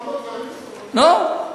לא, אתה אומר דברים, לא.